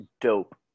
dope